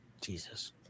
Jesus